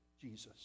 Jesus